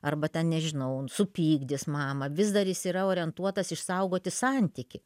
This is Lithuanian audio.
arba ten nežinau supykdys mamą vis dar jis yra orientuotas išsaugoti santykį